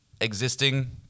existing